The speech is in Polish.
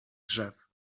drzew